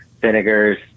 vinegars